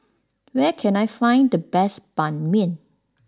where can I find the best Ban Mian